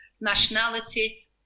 nationality